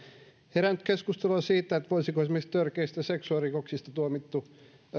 herännyt keskustelua siitä voisiko esimerkiksi törkeistä seksuaalirikoksista tuomittu